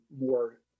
more